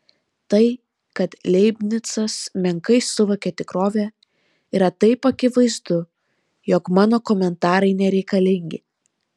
tai kad leibnicas menkai suvokia tikrovę yra taip akivaizdu jog mano komentarai nereikalingi